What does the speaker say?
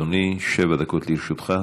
בבקשה, אדוני, שבע דקות לרשותך.